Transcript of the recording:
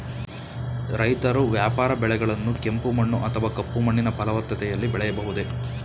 ರೈತರು ವ್ಯಾಪಾರ ಬೆಳೆಗಳನ್ನು ಕೆಂಪು ಮಣ್ಣು ಅಥವಾ ಕಪ್ಪು ಮಣ್ಣಿನ ಫಲವತ್ತತೆಯಲ್ಲಿ ಬೆಳೆಯಬಹುದೇ?